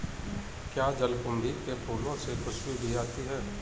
क्या जलकुंभी के फूलों से खुशबू भी आती है